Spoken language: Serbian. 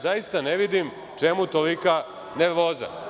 Zaista ne vidim čemu tolika nervoza.